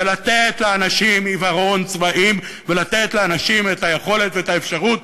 זה לתת לאנשים עיוורון צבעים ולתת לאנשים את היכולת ואת האפשרות,